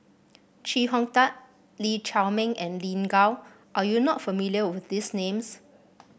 Chee Hong Tat Lee Chiaw Meng and Lin Gao are you not familiar with these names